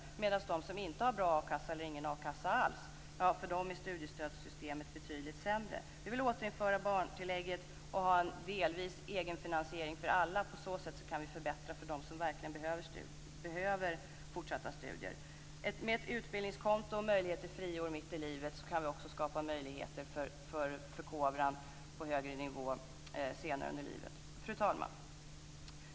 För dem som däremot inte har bra a-kassa, eller som inte har någon a-kassa alls, är studiestödssystemet betydligt sämre. Vi vill återinföra barntillägget och ha en delvis egen finansiering för alla. På så sätt kan vi förbättra för dem som verkligen behöver fortsatta studier. Med ett nytt utbildningskonto och möjlighet till friår mitt i livet kan vi också skapa möjligheter för förkovran på högre nivå senare under livet. Fru talman!